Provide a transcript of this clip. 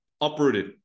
Uprooted